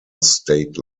state